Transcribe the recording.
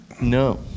No